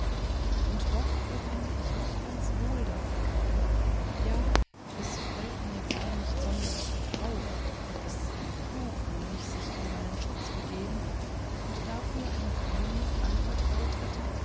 und doch befinde ich mich ganz wohl dabei ja es fällt mir gar nicht sonderlich mehr auf daß ein flohkönig sich in meinen schutz begeben und dafür ein geheimnis anvertraut hat